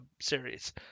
series